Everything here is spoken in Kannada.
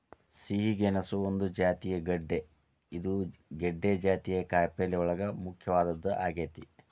ಸಿಹಿ ಗೆಣಸು ಒಂದ ಜಾತಿಯ ಗೆಡ್ದೆ ಇದು ಗೆಡ್ದೆ ಜಾತಿಯ ಕಾಯಪಲ್ಲೆಯೋಳಗ ಮುಖ್ಯವಾದದ್ದ ಆಗೇತಿ